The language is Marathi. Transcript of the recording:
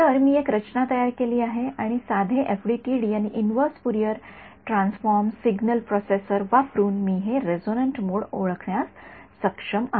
तर मी एक रचना तयार केली आहे आणि साधे एफडीटीडी आणि inverse Fourier transform signal processor वापरून मी हे रेजोनंट मोड ओळखण्यास सक्षम आहे